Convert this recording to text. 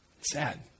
Sad